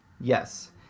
yes